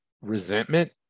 resentment